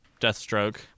Deathstroke